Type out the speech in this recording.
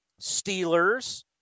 Steelers